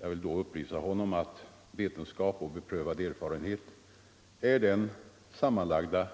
Jag vill då upplysa honom om att vetenskap och beprövad erfarenhet är den sammanlagda